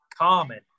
common